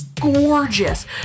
gorgeous